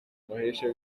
umuhesha